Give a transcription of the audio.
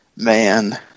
man